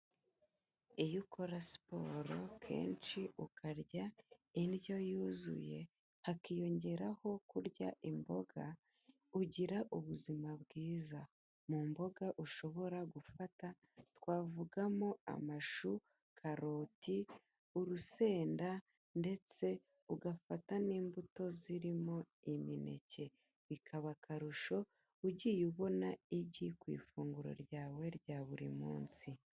Iyo ukora siporo kenshi, ukarya indyo yuzuye, hakiyongeraho kurya imboga, ugira ubuzima bwiza. Mu mboga ushobora gufata twavugamo amashu, karoti, urusenda ndetse ugafata n'imbuto zirimo imineke. Bikaba akarusho ugiye ubona igi ku ifunguro ryawe rya buri munsi.